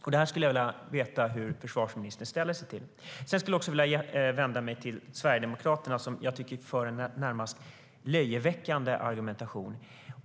Jag skulle vilja veta hur försvarsministern ställer sig till detta. Sedan vänder jag mig till Sverigedemokraterna, som jag tycker för en närmast löjeväckande argumentation.